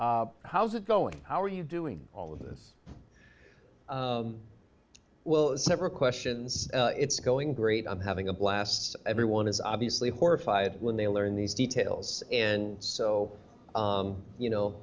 how's it going how are you doing all of this well several questions it's going great i'm having a blast everyone is obviously horrified when they learn these details and so you know